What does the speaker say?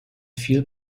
viel